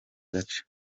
gace